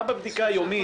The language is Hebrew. גם בבדיקה יומית,